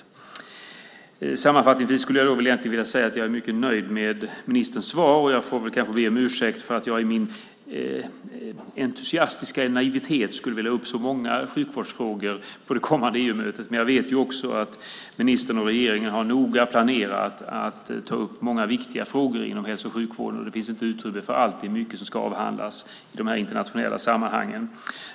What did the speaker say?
Sammanfattningsvis vill jag säga att jag är mycket nöjd med ministerns svar. Jag får kanske be om ursäkt för att jag i min entusiastiska naivitet skulle vilja föra upp så många sjukvårdsfrågor på det kommande EU-mötet. Men jag vet också att ministern och regeringen noga har planerat att ta upp många viktiga frågor inom hälso och sjukvården och att det inte finns utrymme för allt. Det är mycket som ska avhandlas i dessa internationella sammanhang.